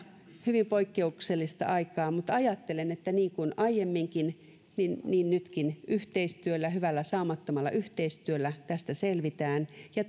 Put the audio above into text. hyvin poikkeuksellista aikaa mutta ajattelen että niin kuin aiemminkin niin niin nytkin hyvällä saumattomalla yhteistyöllä tästä selvitään ja